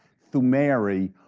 thumairy,